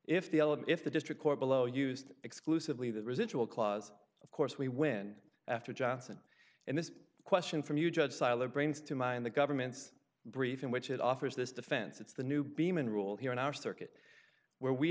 elop if the district court below used exclusively the residual clause of course we win after johnson and this question from you judge siler brains to mine the government's brief in which it offers this defense it's the new beeman rule here in our circuit where we